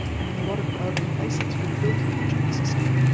and in a lot of urban places we've built on the dune system,